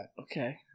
Okay